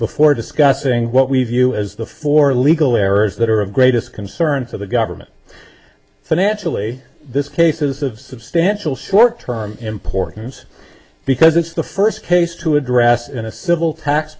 before discussing what we view as the four legal errors that are of greatest concern to the government financially this case is of substantial short term importance because it's the first case to address in a civil tax